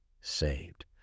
saved